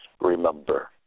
remember